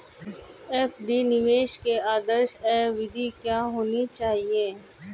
FD निवेश की आदर्श अवधि क्या होनी चाहिए?